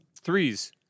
Threes